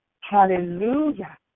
Hallelujah